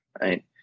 right